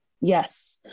yes